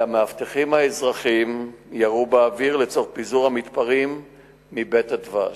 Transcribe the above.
והמאבטחים האזרחיים ירו באוויר לצורך פיזור המתפרעים מ"בית הדבש".